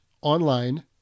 online